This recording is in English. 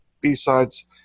B-Sides